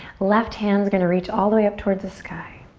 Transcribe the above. left hand's gonna reach all the way up towards the sky.